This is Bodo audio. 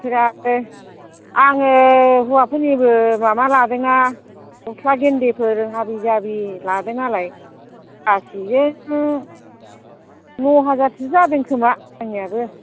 ओमफ्राय आरो आङो हौवाफोरनिबो माबा लादोंना गस्ला गेन्दिफोर हाबि जाबि लादों नालाय गासैजों न'हाजारसो जादों खोमा आंनियाबो